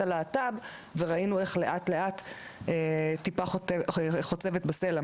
הלהט"ב וראינו איך לאט לאט טיפה חוצבת בסלע,